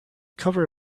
cover